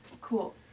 Cool